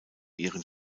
ihren